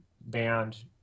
band